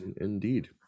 indeed